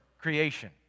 creation